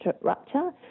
rupture